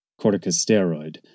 corticosteroid